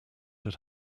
had